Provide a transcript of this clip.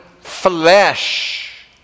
flesh